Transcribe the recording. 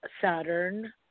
Saturn